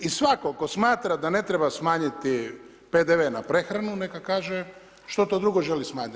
I svatko tko smatra da ne treba smanjiti PDV na prehranu neka kaže što to drugo želi smanjiti.